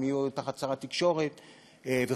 הם יהיו תחת שר התקשורת וכו',